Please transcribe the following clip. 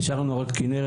נשאר לנו רק כנרת.